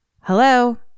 Hello